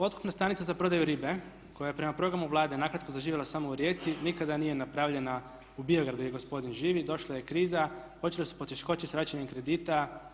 Otkupna stanica za prodaju ribe koja je prema programu Vlade nakratko zaživjela samo u Rijeci nikada nije napravljena, u Biogradu gospodin živi i došla je kriza, počele su poteškoće sa vraćanjem kredita.